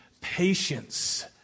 patience